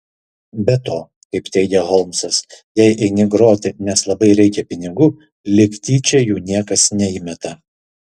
be to kaip teigia holmsas jei eini groti nes labai reikia pinigų lyg tyčia jų niekas neįmeta